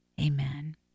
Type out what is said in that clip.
Amen